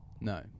No